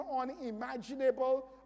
unimaginable